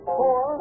four